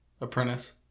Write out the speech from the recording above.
Apprentice